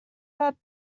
that